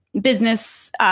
business